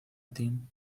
tin